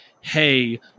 Hey